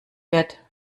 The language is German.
wird